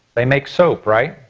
they make soap right?